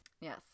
Yes